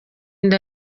inda